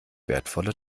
wertvolle